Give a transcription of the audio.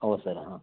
ಹೌದು ಸರ್ ಹಾಂ